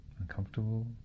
uncomfortable